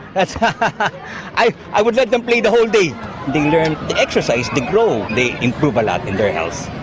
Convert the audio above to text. but i i would let them play the whole day they learn, exercise to grow, they improve a lot in their health.